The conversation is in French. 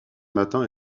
matin